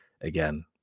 again